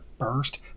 first